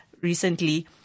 Recently